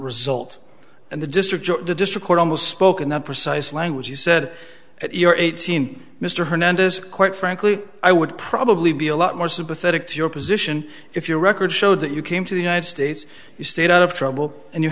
result and the district or the district court almost spoke in the precise language he said you're eighteen mr hernandez quite frankly i would probably be a lot more sympathetic to your position if your record showed that you came to the united states you stayed out of trouble and you